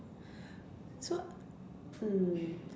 so mm